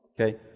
Okay